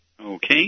Okay